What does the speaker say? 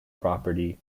property